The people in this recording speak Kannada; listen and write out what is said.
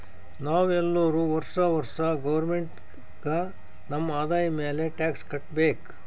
ನಾವ್ ಎಲ್ಲೋರು ವರ್ಷಾ ವರ್ಷಾ ಗೌರ್ಮೆಂಟ್ಗ ನಮ್ ಆದಾಯ ಮ್ಯಾಲ ಟ್ಯಾಕ್ಸ್ ಕಟ್ಟಬೇಕ್